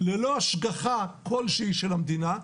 ללא השגחה כלשהי של המדינה,